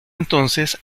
entonces